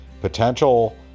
potential